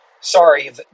sorry